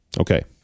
Okay